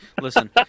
Listen